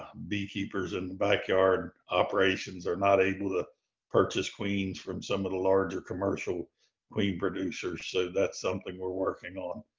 beekeepers and backyard operations are not able to purchase queens from some of the larger commercial queen producers. so that's something we're working on.